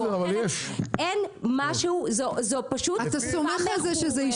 אבל אין משהו, זו פשוט שיטה מחוררת.